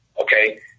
okay